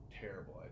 Terrible